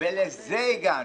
ולזה הגענו.